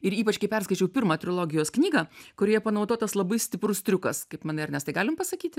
ir ypač kai perskaičiau pirmą trilogijos knygą kurioje panaudotas labai stiprus triukas kaip manai ernestai galim pasakyti